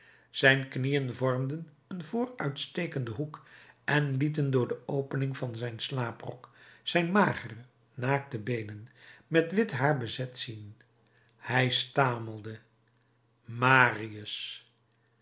zijn knieën vormden een vooruitstekenden hoek en lieten door de opening van zijn slaaprok zijn magere naakte beenen met wit haar bezet zien hij stamelde marius